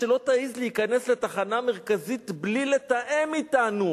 שלא תעז להיכנס לתחנה המרכזית בלי לתאם אתנו.